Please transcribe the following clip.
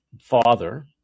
father